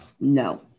No